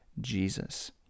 Jesus